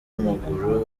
w’amaguru